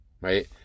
right